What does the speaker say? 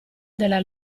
della